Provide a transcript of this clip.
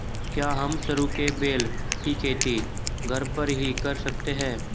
क्या हम सरू के बेल की खेती घर पर ही कर सकते हैं?